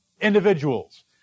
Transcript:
individuals